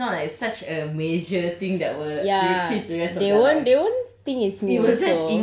and it's not like it's not as such a major thing that will ya change the rest of your life